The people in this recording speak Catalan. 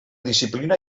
disciplina